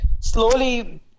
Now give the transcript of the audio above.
Slowly